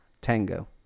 Tango